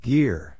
Gear